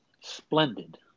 Splendid